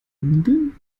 nudeln